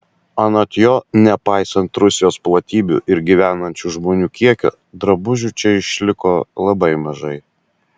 anot jo nepaisant rusijos platybių ir gyvenančių žmonių kiekio drabužių čia išliko labai mažai